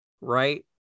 right